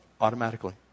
automatically